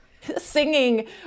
singing